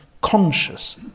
conscious